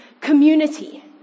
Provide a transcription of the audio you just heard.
Community